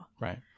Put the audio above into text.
Right